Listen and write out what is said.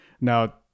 now